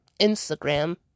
Instagram